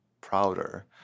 prouder